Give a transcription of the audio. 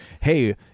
hey